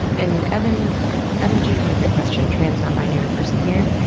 and evan evan jude had a great question trans non-binary person here.